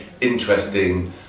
interesting